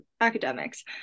academics